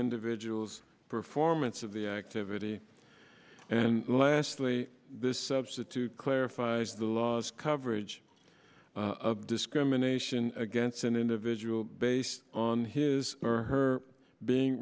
individual's performance of the activity and lastly this substitute clarifies the laws coverage of discrimination against an individual based on his or her being